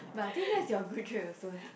but I think that's your good trait also eh